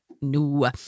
no